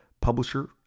publisher